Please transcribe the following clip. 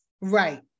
Right